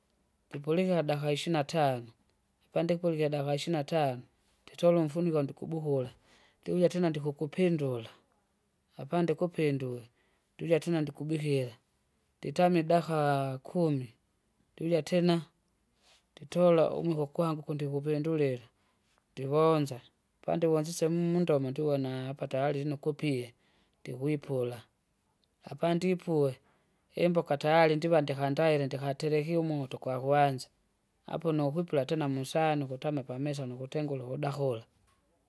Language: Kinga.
ndipulihira daika ishina tano, ipandikule ikidaika ishinatano, nditole umfuniko ndikubukule, ndiuja tena ndikukupindula, apandikupindue, nduja tena ndikubikira, nditamye idaika kumi, ndiuja tena! nditola umwiko ukwangu kundikuvindulila, ndivonza, pandivonzize mu- mdomo ndivonaa apa tayari lino kupie, ndikwipula, apandipue, imboka tayari ndiva ndikandaile ndikatekie umoto ukwakwanza. apo nukwipula tena musani ukutama pamesa nukutengule uvudakula.